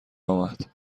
آمد